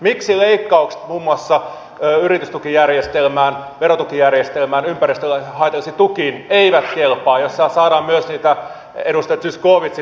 miksi eivät kelpaa leikkaukset muun muassa yritystukijärjestelmään verotukijärjestelmään ja ympäristölle haitallisiin tukiin joista saadaan myös niitä edustaja zyskowiczin kaipaamia miinusmerkkejä